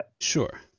Sure